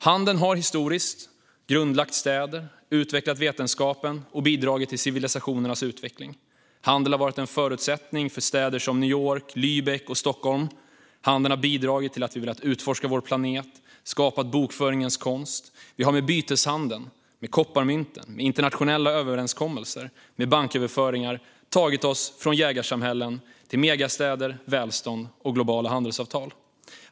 Handeln har historiskt grundlagt städer, utvecklat vetenskapen och bidragit till civilisationernas utveckling. Handel har varit en förutsättning för städer som New York, Lübeck och Stockholm. Den har bidragit till att vi velat utforska vår planet och att vi skapat bokföringens konst. Vi har med byteshandel, kopparmynt, internationella överenskommelser och banköverföringar tagit oss från jägarsamhällen till megastäder, välstånd och globala handelsavtal.